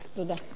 שתדע.